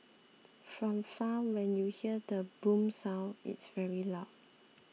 from far when you hear the 'boom' sound it's very loud